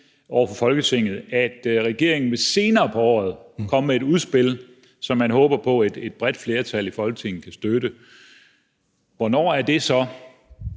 over for Folketinget, at regeringen senere på året vil komme med et udspil, som man håber på et bredt flertal i Folketinget kan støtte, hvornår er det så,